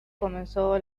comenzó